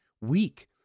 weak